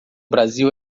brasil